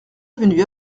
venu